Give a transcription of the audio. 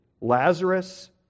Lazarus